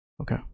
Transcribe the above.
okay